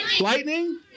Lightning